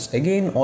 again